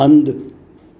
हंधि